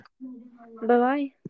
Bye-bye